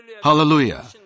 Hallelujah